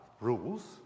rules